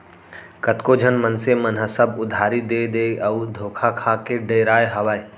कतको झन मनसे मन ह सब उधारी देय देय के अउ धोखा खा खा डेराय हावय